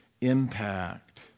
impact